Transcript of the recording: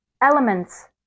Elements